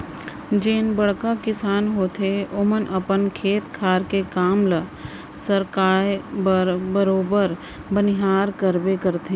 जेन बड़का किसान होथे ओमन अपन खेत खार के काम ल सरकाय बर बरोबर बनिहार करबे करथे